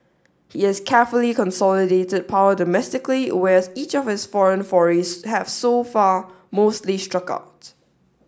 he has carefully consolidated power domestically whereas each of his foreign forays have so far mostly struck out